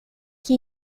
que